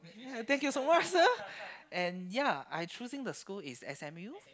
ya thank you so much ah and ya I choosing the school is S_M_U